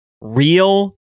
real